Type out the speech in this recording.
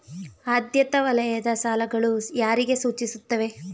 ಆದ್ಯತಾ ವಲಯದ ಸಾಲಗಳು ಯಾರಿಗೆ ಸೂಚಿಸುತ್ತವೆ?